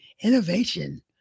innovation